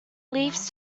leaves